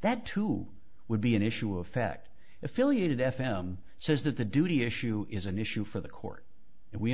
that too would be an issue affect affiliated f m says that the duty issue is an issue for the court and we